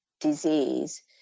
disease